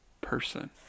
person